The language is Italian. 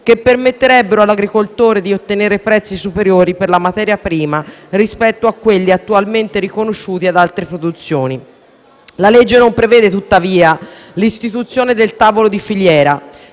che permetterebbero all'agricoltore di ottenere prezzi superiori per la materia prima rispetto a quelli attualmente riconosciuti ad altre produzioni. La legge non prevede, tuttavia, l'istituzione del tavolo di filiera